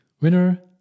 winner